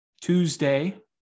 Tuesday